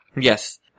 Yes